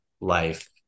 life